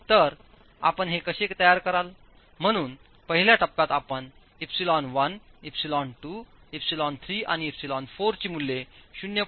तर आपण हे कसे तयार कराल म्हणून पहिल्या टप्प्यात आपण ε1 ε2 ε3 आणि ε4 ची मूल्ये 0